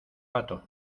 pato